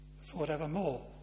forevermore